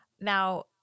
Now